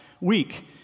week